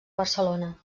barcelona